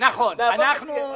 נעבוד לפיהם,